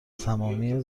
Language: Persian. تمامی